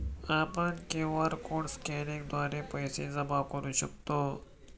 आपण QR code स्कॅनिंगद्वारे पैसे जमा करू शकतो